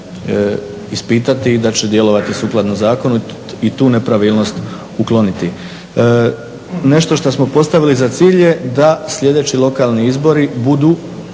ispitati i da će djelovati sukladno zakonu i tu nepravilnost ukloniti. Nešto što smo postavili za cilj je da sljedeći lokalni izbori budu